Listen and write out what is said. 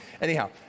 Anyhow